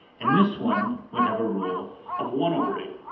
and this one would have a rule of one over eight.